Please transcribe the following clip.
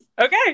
okay